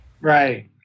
Right